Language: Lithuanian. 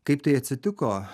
kaip tai atsitiko